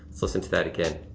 listen to that again.